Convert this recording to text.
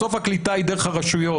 בסוף הקליטה היא דרך הרשויות.